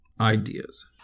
ideas